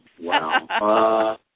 Wow